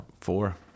four